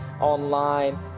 online